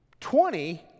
Twenty